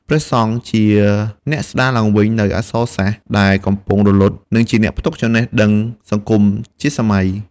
ព្រះសង្ឃជាអ្នកស្តារឡើងវិញនូវអក្សរសាស្ត្រដែលកំពុងរលត់ និងជាអ្នកផ្ទុកចំណេះដឹងសង្គមជាសម័យ។